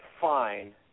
fine